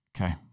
Okay